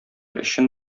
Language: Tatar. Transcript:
өчен